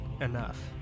enough